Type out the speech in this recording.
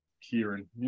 Kieran